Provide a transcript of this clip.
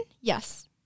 Yes